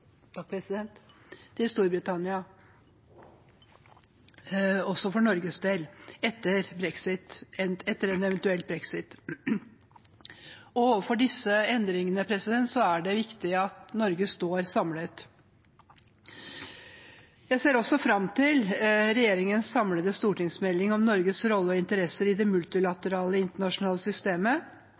Storbritannia også for Norges del etter en eventuell brexit. Overfor disse endringene er det viktig at Norge står samlet. Jeg ser også fram til regjeringens stortingsmelding om Norges rolle og interesser i det multilaterale internasjonale systemet,